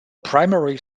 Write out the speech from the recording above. primary